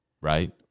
right